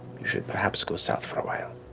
you should perhaps go south for a while.